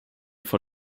vor